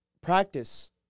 practice